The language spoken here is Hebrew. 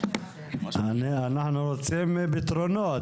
אנחנו רוצים פתרונות.